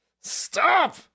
Stop